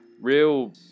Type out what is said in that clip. real